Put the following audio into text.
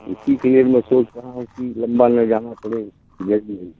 इसी के लिए मैं सोच रहा हूँ कि लंबा नहीं जाना पड़े यही